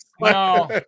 no